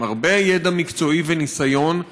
עם הרבה ידע מקצועי וניסיון,